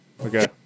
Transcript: Okay